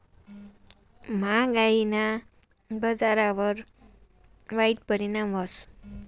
म्हागायीना बजारवर वाईट परिणाम व्हस